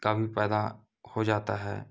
काफ़ी पैदा हो जाता है